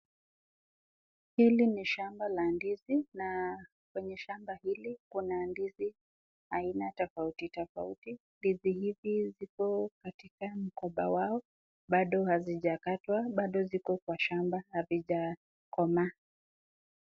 Hili ni shamba la ndizi, na kwenye shamba hili kuna ndizi aina tofauti tofauti. Ndizi hizi ziko katika mgomba wao, bado hazijakatwa bado ziko kwa shamba hazijakomaa.